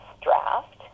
draft